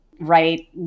right